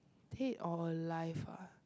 dead or alive